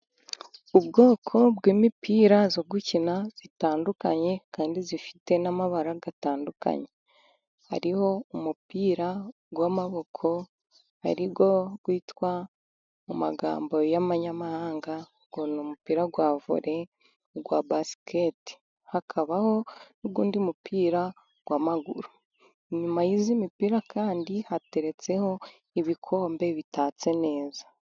Ubwoko bw'imipira yo gukina itandukanye kandi ifite n'amabara atandukanye hariho umupira w'amaboko ari wo witwa mu magambo y'amanyamahanga ngo ni umupira wa vole, uwa basikete, hakabaho n'undi mupira w'amaguru. Inyuma yiyi mipira kandi hateretseho ibikombe bitatse neza.